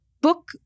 book